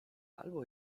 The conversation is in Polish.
albo